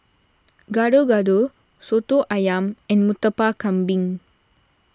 Gado Gado Soto Ayam and Murtabak Kambing